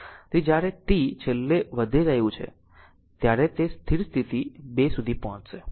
તેથી જ્યારે t છેલ્લે વધી રહ્યું છે ત્યારે તે સ્થિર સ્થિતિ 2 સુધી પહોંચશે